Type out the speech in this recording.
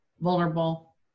vulnerable